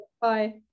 bye